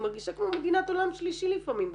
אני מרגישה כמו מדינת עולם שלישי לפעמים בוועדות.